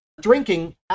drinking